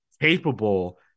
capable